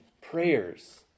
prayers